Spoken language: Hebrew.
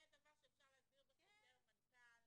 זה דבר שאפשר להסדיר בחוזר מנכ"ל,